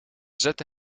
zette